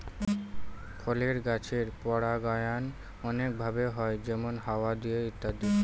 ফলের গাছের পরাগায়ন অনেক ভাবে হয় যেমন হাওয়া দিয়ে ইত্যাদি